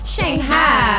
Shanghai